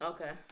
Okay